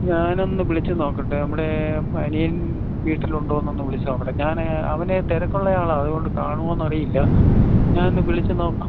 ഞാനൊന്ന് വിളിച്ചു നോക്കട്ടെ നമ്മുടെ അനിയൻ വീട്ടിലുണ്ടോന്ന് ഒന്ന് വിളിച്ചു നോക്കട്ടെ ഞാൻ അവൻ തിരക്കുള്ള ആളാണ് അതുകൊണ്ട് കാണുമോന്നറിയില്ല ഞാനൊന്നു വിളിച്ചു നോക്കാം